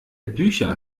bücher